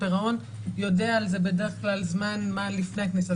פירעון יודע על זה בדרך כלל זמן מה לפני הכניסה,